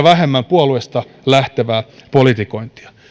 vähemmän puolueista lähtevää politikointia